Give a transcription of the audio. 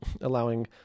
allowing